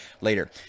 later